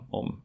om